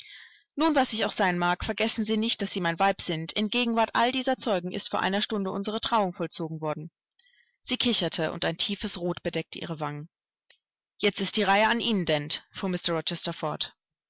nun was ich auch sein mag vergessen sie nicht daß sie mein weib sind in gegenwart all dieser zeugen ist vor einer stunde unsere trauung vollzogen worden sie kicherte und ein tiefes rot bedeckte ihre wangen jetzt ist die reihe an ihnen dent fuhr mr rochester fort